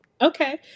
Okay